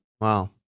Wow